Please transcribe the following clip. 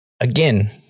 Again